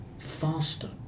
faster